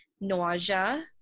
nausea